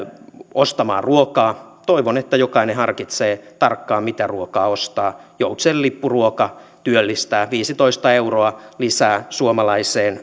ostamaan ruokaa toivon että jokainen harkitsee tarkkaan mitä ruokaa ostaa joutsenlippuruoka työllistää viisitoista euroa lisää suomalaiseen